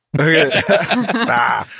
Okay